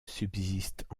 subsistent